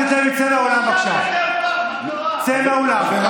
חבר הכנסת לוי, צא מהאולם, בבקשה.